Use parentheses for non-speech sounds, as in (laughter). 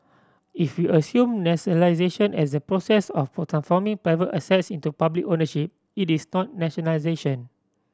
if we assume nationalisation as the process of (unintelligible) forming private assets into public ownership it is not nationalisation